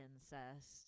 incest